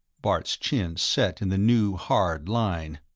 bart's chin set in the new, hard line.